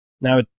Now